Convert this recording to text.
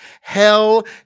hell